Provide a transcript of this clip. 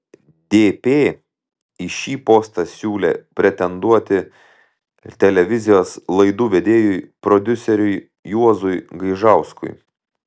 dp į šį postą siūlė pretenduoti televizijos laidų vedėjui prodiuseriui juozui gaižauskui